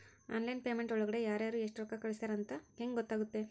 Online payment ಒಳಗಡೆ ಯಾರ್ಯಾರು ಎಷ್ಟು ರೊಕ್ಕ ಕಳಿಸ್ಯಾರ ಅಂತ ಹೆಂಗ್ ಗೊತ್ತಾಗುತ್ತೆ?